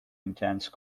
intense